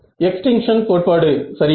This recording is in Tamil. எக்ஸ்டிங்ஷன் கோட்பாடு சரியா